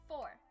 four